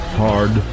hard